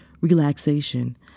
relaxation